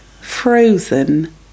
frozen